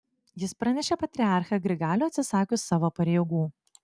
jis pranešė patriarchą grigalių atsisakius savo pareigų